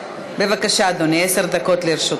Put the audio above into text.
בבקשה, אדוני, עשר דקות לרשותך.